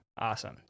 Awesome